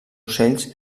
ocells